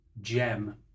gem